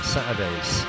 Saturdays